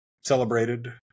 celebrated